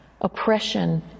oppression